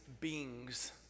beings